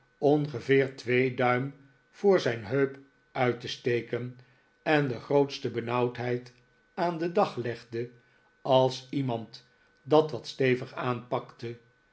ongeveer twee duim voor zijn heup uit te steken en de grootste benauwdheid aan den dag legde als iemand dat wat stevig aanoakte